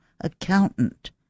accountant